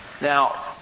Now